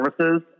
services